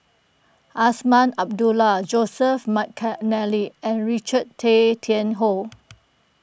Azman Abdullah Joseph McNally and Richard Tay Tian Hoe